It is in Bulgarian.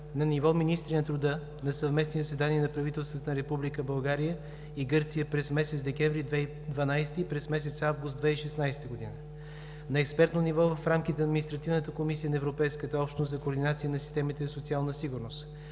на ниво министри на труда, на съвместни заседания на правителствата на Република България и Гърция през месец декември 2012 г. и през месец август 2016 г., на експертно ниво в рамките на Административната комисия на Европейската общност за координация на системите за социална сигурност,